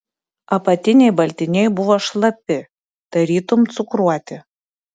apatiniai baltiniai buvo šlapi tarytum cukruoti